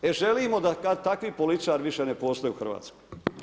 E želimo da takvi političari više ne postoje u Hrvatskoj.